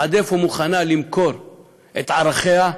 עד איפה היא מוכנה למכור את ערכיה,